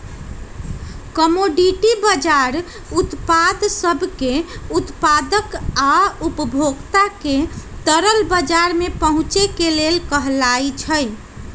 commodity बजार उत्पाद सब के उत्पादक आ उपभोक्ता के तरल बजार में पहुचे के लेल कहलाई छई